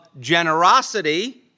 generosity